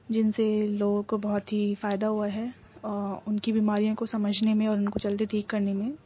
جن سے لوگوں کو بہت ہی فائدہ ہوا ہے اور ان کی بیماریوں کو سمجھنے میں اور ان کو جلدی ٹھیک کرنے میں